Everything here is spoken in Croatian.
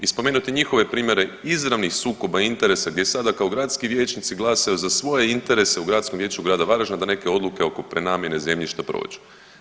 I spomenuti njihove primjere izravnih sukoba interesa gdje sada kao gradski vijećnici glasuju za svoje interese u Gradskom vijeću grada Varaždina da neke odluke oko prenamjene zemljišta prođu.